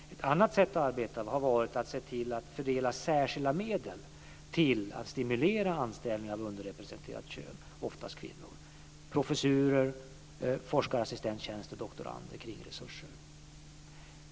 Ett annat sätt att arbeta har varit att se till att fördela särskilda medel till att stimulera anställning av underrepresenterat kön, oftast kvinnor - professurer, forskarassistenttjänster, doktorander, kringresurser.